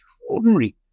extraordinary